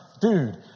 Dude